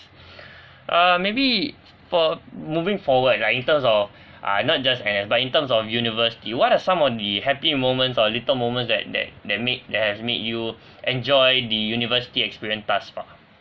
uh maybe for moving forward like in terms of uh not just N_S but in terms of university what are some of the happy moments or little moments that that that make that has made you enjoy the university experience thus far